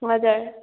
हजुर